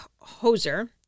Hoser